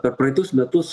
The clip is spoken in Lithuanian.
per praeitus metus